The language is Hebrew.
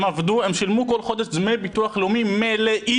הם עבדו, הם שילמו כל חודש דמי ביטוח לאומי מלאים.